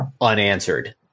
unanswered